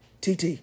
TT